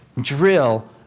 drill